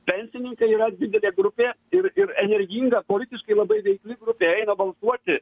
pensininkai yra didelė grupė ir ir energinga politiškai labai veikli grupė eina balsuoti